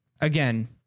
Again